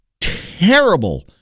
terrible